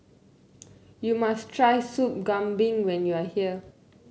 you must try Soup Kambing when you are here